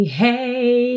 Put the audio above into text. hey